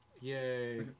Yay